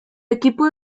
equipo